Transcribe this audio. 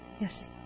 Yes